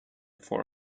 for